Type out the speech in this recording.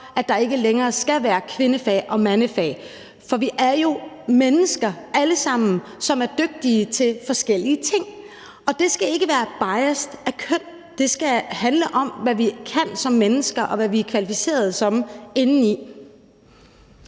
at der ikke længere skal være kvindefag og mandefag. For vi er jo alle sammen mennesker, som er dygtige til forskellige ting, og det skal ikke være biaset af køn, men det skal handle om, hvad vi kan som mennesker, og hvad vi er kvalificerede til indeni.